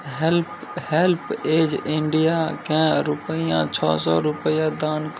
help HelpAge इण्डियाकेँ रुपैआ छओ सओ रुपैआ दान क